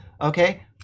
okay